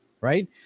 right